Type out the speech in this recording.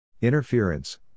Interference